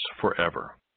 forever